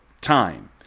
time